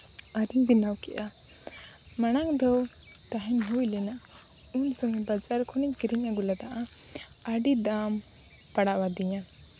ᱟᱨᱤᱧ ᱵᱮᱱᱟᱣ ᱠᱮᱫᱼᱟ ᱢᱟᱲᱟᱝ ᱫᱚ ᱛᱟᱦᱮᱱ ᱦᱩᱭ ᱞᱮᱱᱟ ᱤᱧ ᱫᱚ ᱵᱟᱡᱟᱨ ᱠᱷᱚᱱᱤᱧ ᱠᱤᱨᱤᱧ ᱟᱹᱜᱩ ᱞᱮᱫᱟ ᱟᱹᱰᱤ ᱫᱟᱢ ᱯᱟᱲᱟᱣᱟᱫᱤᱧᱟ